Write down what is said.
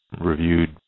reviewed